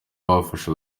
bafasha